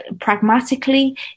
pragmatically